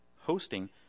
hosting